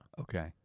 Okay